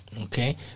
Okay